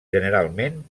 generalment